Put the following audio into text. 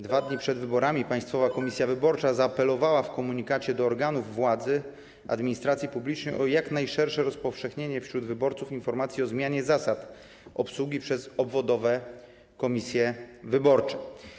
2 dni przed wyborami Państwowa Komisja Wyborcza zaapelowała w komunikacie do organów władzy i administracji publicznej o jak najszersze rozpowszechnienie wśród wyborców informacji o zmianie zasad obsługi przez obwodowe komisje wyborcze.